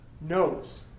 knows